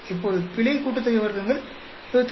இப்போது பிழை கூட்டுத்தொகை வர்க்கங்கள் 21